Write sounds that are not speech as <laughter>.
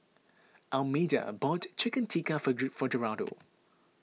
Almeda bought Chicken Tikka for <noise> for Geraldo